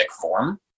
form